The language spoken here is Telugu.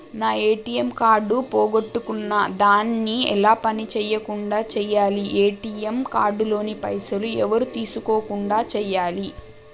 నా ఏ.టి.ఎమ్ కార్డు పోగొట్టుకున్నా దాన్ని ఎలా పని చేయకుండా చేయాలి ఏ.టి.ఎమ్ కార్డు లోని పైసలు ఎవరు తీసుకోకుండా చేయాలి?